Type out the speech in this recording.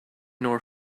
nor